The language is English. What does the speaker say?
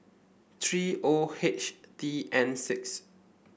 three O H T N six